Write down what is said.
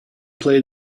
play